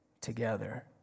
together